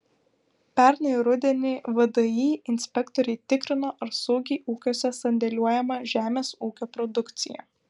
pernai rudenį vdi inspektoriai tikrino ar saugiai ūkiuose sandėliuojama žemės ūkio produkcija